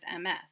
MS